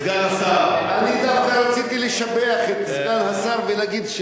אני דווקא רציתי לשבח את סגן השר ולהגיד,